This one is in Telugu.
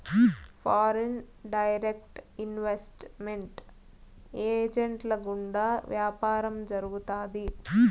ఫారిన్ డైరెక్ట్ ఇన్వెస్ట్ మెంట్ ఏజెంట్ల గుండా వ్యాపారం జరుగుతాది